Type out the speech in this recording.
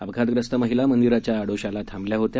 अपघातग्रस्त महिला मंदिराच्या आडोशाला थांबल्या होत्या